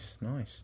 nice